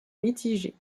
mitigé